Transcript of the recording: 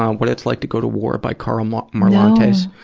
um what it's like to go to war, by karl um ah marlantes?